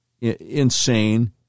insane